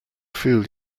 feel